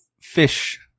fish